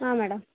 ಹಾಂ ಮೇಡಮ್